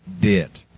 bit